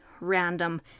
random